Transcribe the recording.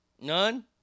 None